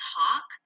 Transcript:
talk